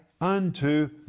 unto